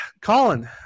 colin